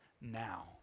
now